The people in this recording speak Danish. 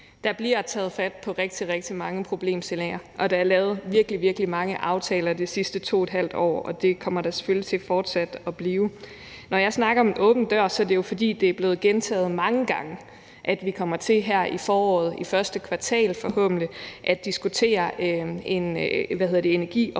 Der bliver taget fat på rigtig, rigtig mange problemstillinger, og der er lavet virkelig, virkelig mange aftaler de sidste 2½ år, og det kommer der selvfølgelig fortsat til at blive. Når jeg snakker om en åben dør, er det jo, fordi det er blevet gentaget mange gange, at vi her i foråret – i første kvartal, forhåbentlig – igen kommer til at diskutere energi- og forsyningsområdet